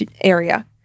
area